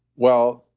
well,